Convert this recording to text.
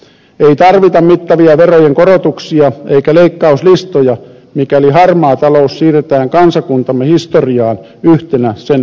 ei tarvita mittavia verojen korotuksia eikä leikkauslistoja mikäli harmaa talous siirretään kansakuntamme historiaan yhtenä sen häpeätahrana